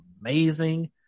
amazing